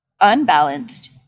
Unbalanced